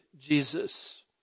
Jesus